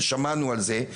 ושמענו על זה,